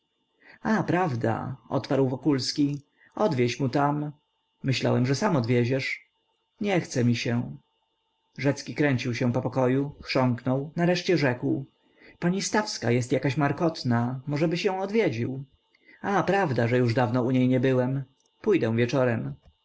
a prawda odparł wokulski odwieź mu tam myślałem że sam odwieziesz nie chce mi się rzecki kręcił się po pokoju chrząkał nareszcie rzekł pani stawska jest jakaś markotna możebyś ją odwiedził a prawda że już dawno u niej nie byłem pójdę wieczorem